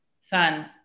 Sun